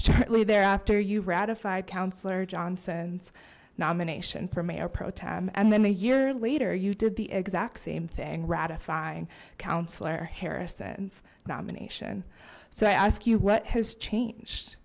shortly thereafter you ratified councillor johnson's nomination for mayor proton and then a year later you did the exact same thing ratifying councillor harrison's nomination so i ask you what has changed